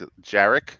Jarek